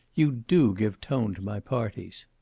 you do give tone to my parties.